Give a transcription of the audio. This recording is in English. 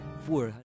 four